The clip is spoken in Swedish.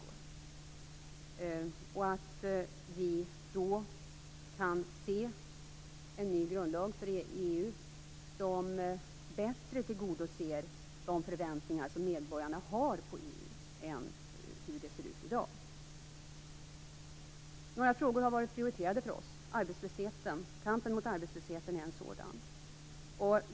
Jag hoppas också att vi då får se en ny grundlag för EU som bättre än i dag tillgodoser de förväntningar som medborgarna har på EU. Några frågor har varit prioriterade för Sverige. Kampen mot arbetslösheten är en sådan.